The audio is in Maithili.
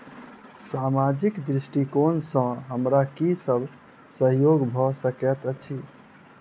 सामाजिक दृष्टिकोण सँ हमरा की सब सहयोग भऽ सकैत अछि?